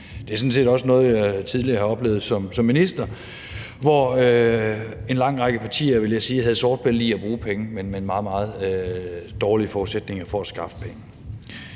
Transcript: Det er sådan set også noget, jeg tidligere har oplevet som minister, hvor en lang række partier, vil jeg sige, havde sort bælte i at bruge penge, men meget, meget dårlige forudsætninger for at skaffe penge.